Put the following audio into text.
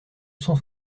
cent